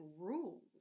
rules